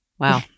Wow